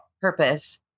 purpose